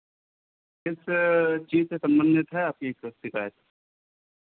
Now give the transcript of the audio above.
किस चीज़ से संबंधित है आपकी शिकायत